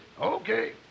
Okay